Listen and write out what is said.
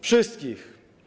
Wszystkich.